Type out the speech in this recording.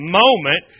moment